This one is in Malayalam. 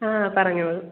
ആ പറഞ്ഞോളൂ